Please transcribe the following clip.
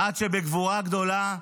עד שבגבורה גדולה,